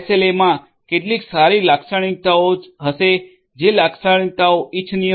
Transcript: માં કેટલીક સારી લાક્ષણિકતાઓ હશે જે લાક્ષણિકતાઓ ઇચ્છનીય હોય છે